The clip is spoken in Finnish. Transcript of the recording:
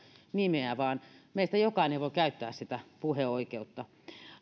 nimeä vaan meistä jokainen voi käyttää sitä puheoikeutta